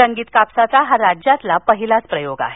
रंगीत कापसाचा हा राज्यातला पहिलाच प्रयोग आहे